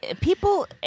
people